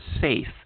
safe